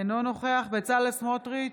אינו נוכח בצלאל סמוטריץ,